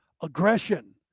aggression